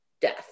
death